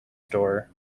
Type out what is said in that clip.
store